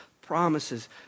promises